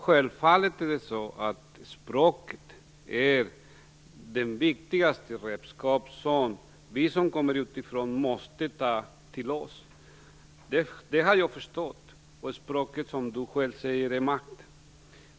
Självfallet är språket det viktigaste redskap som vi som kommer utifrån måste skaffa oss. Det har jag förstått. Språket innebär, som statsrådet själv säger, makt.